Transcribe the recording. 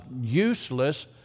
useless